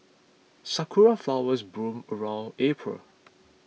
sakura flowers bloom around April